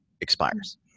expires